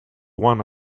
one